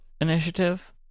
Initiative